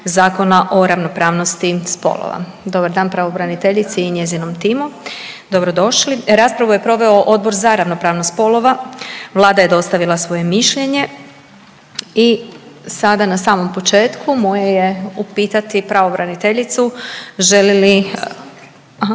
Zakona o ravnopravnosti spolova. Dobar dan pravobraniteljici i njezinom timu, dobro došli. Raspravu je proveo Odbor za ravnopravnost spolova. Vlada je dostavila svoje mišljenje i sada na samom početku moje je upitati pravobraniteljicu žele li,